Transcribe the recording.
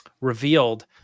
revealed